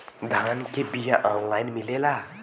धान के बिया ऑनलाइन मिलेला?